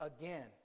again